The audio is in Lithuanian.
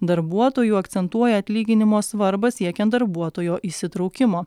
darbuotojų akcentuoja atlyginimo svarbą siekiant darbuotojo įsitraukimo